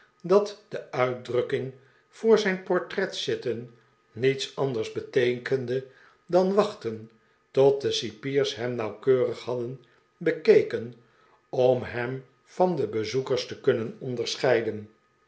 dat de uitdrukking voor zijn portret zitten niets anders beteekende dan wachten tot de cipiers hem nauwkeurig hadden bekeken om hem van de bezoekers te kunnen onderscheiden